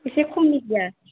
एसे खमनि गैया